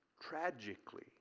tragically